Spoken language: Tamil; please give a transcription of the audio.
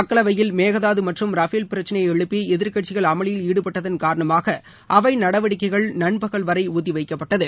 மக்களவையில் மேகதாது மற்றும் ரஃபேல் பிரச்சினையை எழுப்பி எதிர்க்கட்சிகள் அமளியில் ாடுபட்டதான் காரணமாக அவை நடவடிக்கைகள் நண்பகல் வரை ஒத்திவைக்கப்பட்டது